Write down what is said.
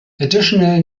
additional